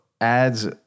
adds